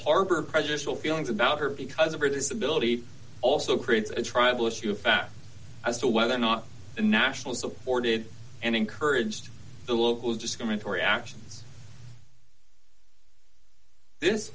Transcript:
harbor prejudicial feelings about her because of her disability also creates a tribal issue in fact as to whether or not the national supported and encouraged the local discriminatory actions this